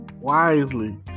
wisely